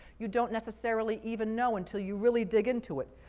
you don't necessarily even know until you really dig into it.